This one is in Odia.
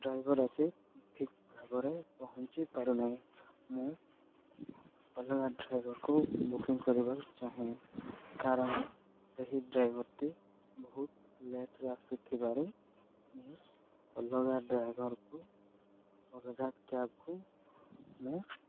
ଡ୍ରାଇଭର୍ ଆସି ଠିକ୍ ଭାବରେ ପହଞ୍ଚି ପାରୁ ନାହିଁ ମୁଁ ଅଲଗା ଡ୍ରାଇଭର୍କୁ ବୁକିଂ କରିବାକୁ ଚାହେଁ କାରଣ ସେହି ଡ୍ରାଇଭର୍ଟି ବହୁତ ଲେଟ୍ରେ ଆସୁଥିବାରୁ ମୁଁ ଅଲଗା ଡ୍ରାଇଭର୍କୁ ଅଲଗା କ୍ୟାବ୍କୁ ମୁଁ